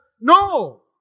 No